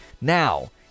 Now